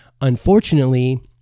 unfortunately